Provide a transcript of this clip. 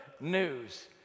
news